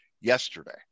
yesterday